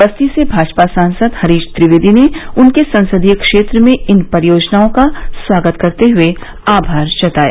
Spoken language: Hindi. बस्ती से भाजपा सांसद हरीश द्विवेदी ने उनके संसदीय क्षेत्र में इन परियोजनाओं का स्वागत करते हुए आभार जताया